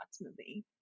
movie